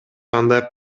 андай